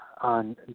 on